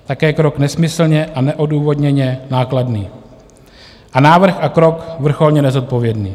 Také krok nesmyslně a neodůvodněně nákladný a návrh vrcholně nezodpovědný.